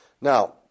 Now